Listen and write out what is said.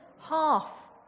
Half